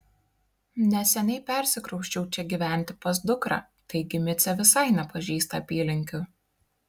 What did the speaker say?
neseniai persikrausčiau čia gyventi pas dukrą taigi micė visai nepažįsta apylinkių